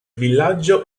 villaggio